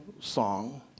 song